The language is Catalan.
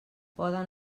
poden